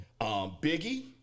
Biggie